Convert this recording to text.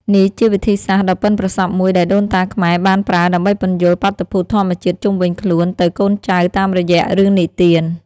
នេះជាវិធីសាស្ត្រដ៏ប៉ិនប្រសប់មួយដែលដូនតាខ្មែរបានប្រើដើម្បីពន្យល់បាតុភូតធម្មជាតិជុំវិញខ្លួនទៅកូនចៅតាមរយៈរឿងនិទាន។